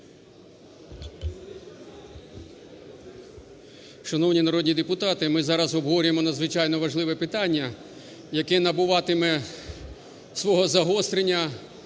Шановні народні депутати! Ми зараз обговорюємо надзвичайно важливе питання, яке набуватиме свого загострення,